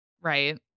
Right